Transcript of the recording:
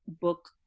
book